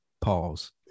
pause